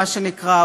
מה שנקרא,